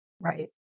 right